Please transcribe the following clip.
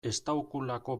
estaukulako